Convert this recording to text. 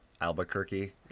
Albuquerque